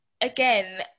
again